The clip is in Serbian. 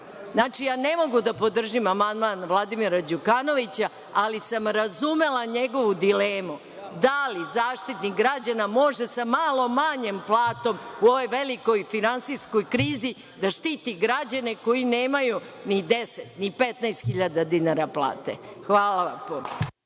posla. Znači, ne mogu da podržim amandman Vladimira Đukanovića, ali sam razumela njegovu dilemu, da li Zaštitnik građana može sa malo manjom platom u ovoj velikoj finansijskoj krizi da štiti građane koji nemaju ni deset, ni 15 hiljada dinara plate. Hvala vam